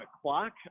o'clock